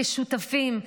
כשותפים,